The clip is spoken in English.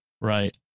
Right